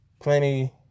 plenty